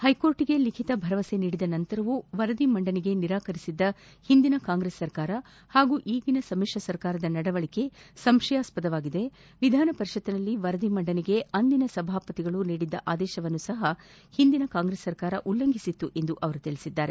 ಪೈಕೋರ್ಟ್ಗೆ ಲಿಖಿತ ಭರವಸೆ ನೀಡಿದ ನಂತರವೂ ವರದಿ ಮಂಡನೆಗೆ ನಿರಾಕರಿಸಿದ್ದ ಹಿಂದಿನ ಕಾಂಗ್ರೆಸ್ ಸರ್ಕಾರ ಪಾಗೂ ಈಗಿನ ಸಮಿಶ್ರ ಸರ್ಕಾರದ ನಡವಳಿಕೆ ಸಂಶಯಾಸ್ವದವಾಗಿದೆ ವಿಧಾನಪರಿಷತ್ತಿನಲ್ಲಿ ವರದಿ ಮಂಡನೆಗೆ ಅಂದಿನ ಸಭಾಪತಿಗಳು ನೀಡಿದ್ದ ಆದೇಶವನ್ನು ಸಹ ಹಿಂದಿನ ಕಾಂಗ್ರೆಸ್ ಸರ್ಕಾರ ಉಲ್ಲಂಘಿಸಿತ್ತು ಎಂದು ಅವರು ತಿಳಿಸಿದ್ದಾರೆ